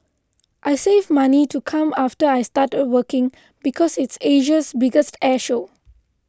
I saved money to come after I started working because it's Asia's biggest air show